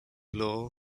law